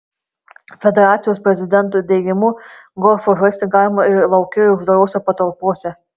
federacijos prezidento teigimu golfą žaisti galima ir lauke ir uždarose patalpose